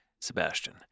Sebastian